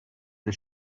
the